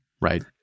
right